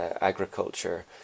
agriculture